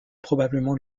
probablement